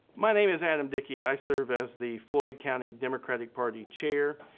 my name is adam dickey. i serve as the floyd county democratic party chair,